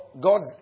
God's